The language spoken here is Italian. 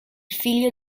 figlio